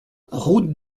route